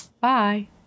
Bye